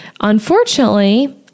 unfortunately